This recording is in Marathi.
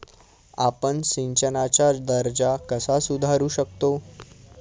आपण सिंचनाचा दर्जा कसा सुधारू शकतो?